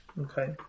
Okay